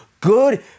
good